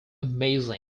amazing